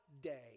day